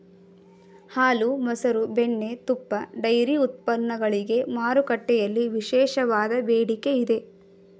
ಹಾಲು, ಮಸರು, ಬೆಣ್ಣೆ, ತುಪ್ಪ, ಡೈರಿ ಉತ್ಪನ್ನಗಳಿಗೆ ಮಾರುಕಟ್ಟೆಯಲ್ಲಿ ವಿಶೇಷವಾದ ಬೇಡಿಕೆ ಇದೆ